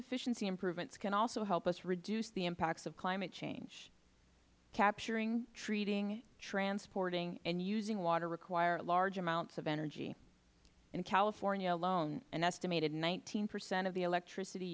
efficiency improvements can also help us reduce the impacts of climate change capturing treating transporting and using water require large amounts of energy in california alone an estimated nineteen percent of the electricity